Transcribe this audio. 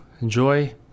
enjoy